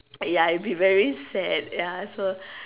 ya it'd be very sad ya so